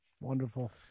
Wonderful